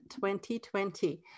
2020